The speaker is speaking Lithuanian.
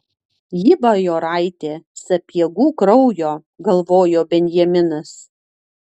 ji bajoraitė sapiegų kraujo galvojo benjaminas